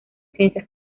ciencia